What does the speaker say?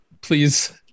Please